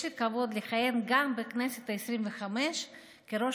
יש לי הכבוד לכהן גם בכנסת העשרים-וחמש כראש